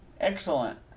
Excellent